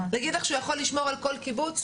להגיד לך שהוא יכול לשמור על כל קיבוץ?